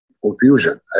confusion